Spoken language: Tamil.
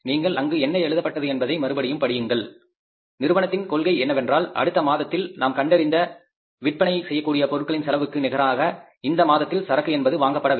நீங்கள் அங்கு என்ன எழுதப்பட்டது என்பதை மறுபடியும் படியுங்கள் நிறுவனத்தின் கொள்கை என்னவென்றால் அடுத்த மாதத்தில் நாம் கண்டறிந்த விற்பனை செய்யக்கூடிய பொருட்களின் செலவுக்கு நிகராக இந்த மாதத்தில் சரக்கு என்பது வாங்கப்பட வேண்டும்